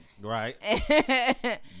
Right